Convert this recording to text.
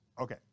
Okay